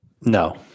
No